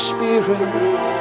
Spirit